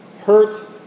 hurt